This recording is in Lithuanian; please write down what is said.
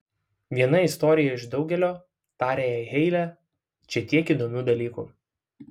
viena istorija iš daugelio tarė jai heile čia tiek įdomių dalykų